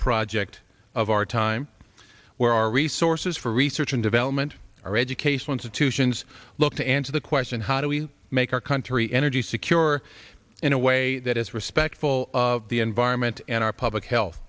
project of our time where our resources for research and development our education institutions look to answer the question how do we make our country energy secure in a way that is respectful of the environment and our public health